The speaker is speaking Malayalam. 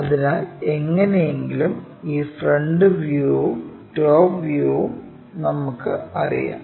അതിനാൽ എങ്ങനെയെങ്കിലും ഈ ഫ്രണ്ട് വ്യൂവും ഈ ടോപ് വ്യൂവും നമുക്കറിയാം